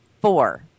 Four